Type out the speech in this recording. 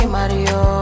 Mario